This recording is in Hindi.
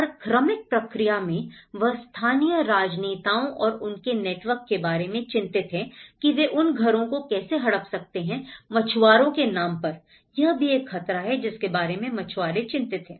और क्रमिक प्रक्रिया में वह स्थानीय राजनेताओं और उनके नेटवर्क के बारे में चिंतित हैं कि वे इन घरों को कैसे हड़प सकते हैं मछुआरे के नाम पर यह भी एक खतरा है जिसके बारे में मछुआरे चिंतित हैं